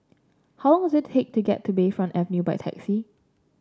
how long does it take to get to Bayfront Avenue by taxi